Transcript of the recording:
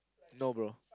no bro